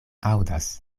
aŭdas